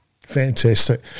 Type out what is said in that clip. Fantastic